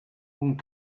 one